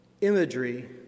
Imagery